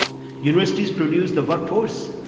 universities produce the work force.